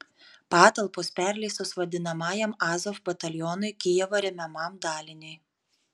patalpos perleistos vadinamajam azov batalionui kijevo remiamam daliniui